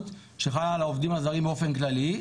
שחלה על העובדים הזרים באופן כללי,